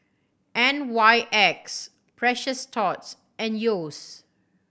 N Y X Precious Thots and Yeo's